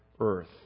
earth